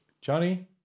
Johnny